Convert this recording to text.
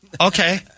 Okay